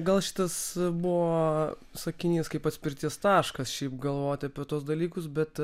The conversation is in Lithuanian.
gal šitas buvo sakinys kaip atspirties taškas šiaip galvoti apie tuos dalykus bet